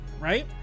right